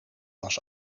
was